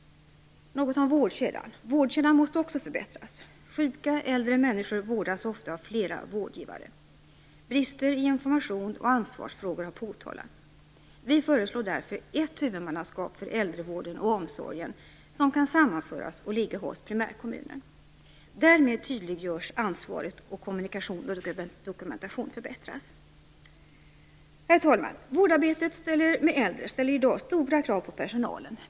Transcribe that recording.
Vårdkedjan måste också förbättras. Sjuka äldre människor vårdas ofta av flera vårdgivare. Brister i information och ansvarsfrågor har påtalats. Vi föreslår därför ett huvudmannaskap för äldrevården och omsorgen som kan sammanföras och ligga hos primärkommunen. Därmed tydliggörs ansvaret, och kommunikation och dokumentation förbättras. Herr talman! Vårdarbetet med äldre ställer i dag stora krav på personalen.